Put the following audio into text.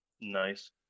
Nice